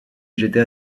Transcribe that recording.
j’étais